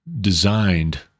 designed